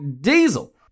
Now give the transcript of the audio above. Diesel